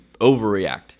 overreact